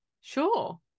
Sure